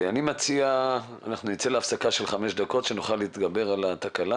אני מציע שנצא להפסקה של חמש דקות על מנת שנוכל להתגבר על התקלה.